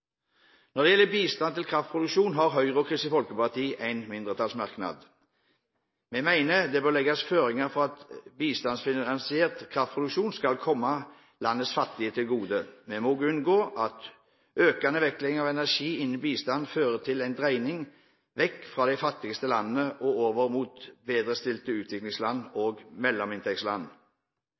Når det gjelder bistand til kraftproduksjon, har Høyre og Kristelig Folkeparti en mindretallsmerknad. Vi mener det bør legges føringer for at bistandsfinansiert kraftproduksjon skal komme landets fattige til gode. Vi må også unngå at økende vektlegging av energi innen bistanden fører til en dreining bort fra de fattigste landene og over mot bedrestilte utviklingsland og mellominntektsland.